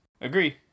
Agree